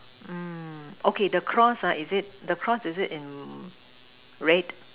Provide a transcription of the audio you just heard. mm okay the cross ah is it the cross is it in red